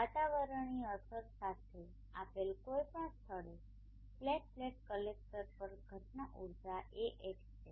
વાતાવરણીય અસરો સાથે આપેલ કોઈપણ સ્થળે ફ્લેટ પ્લેટ કલેક્ટર પર ઘટના ઊર્જા Hat છે